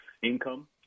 income